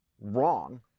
wrong